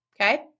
okay